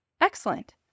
Excellent